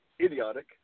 idiotic